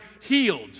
healed